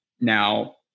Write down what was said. Now